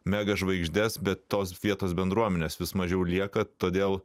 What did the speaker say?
mega žvaigždes bet tos vietos bendruomenės vis mažiau lieka todėl